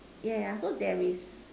yeah yeah so there is